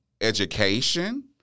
education